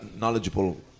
knowledgeable